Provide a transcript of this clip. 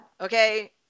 Okay